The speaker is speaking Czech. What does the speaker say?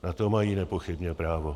Na to mají nepochybně právo.